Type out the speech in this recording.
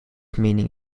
meaning